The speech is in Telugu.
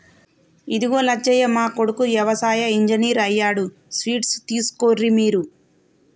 ఇదిగో లచ్చయ్య మా కొడుకు యవసాయ ఇంజనీర్ అయ్యాడు స్వీట్స్ తీసుకోర్రి మీరు